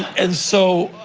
and so,